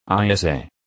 ISA